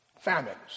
Famines